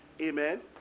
Amen